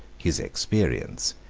his experience,